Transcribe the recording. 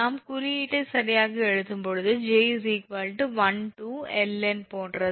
நாம் குறியீட்டை சரியாக எழுதும்போது 𝑗𝑗 1𝐿𝑁 போன்றது